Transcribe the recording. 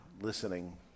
listening